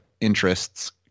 interests